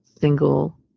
single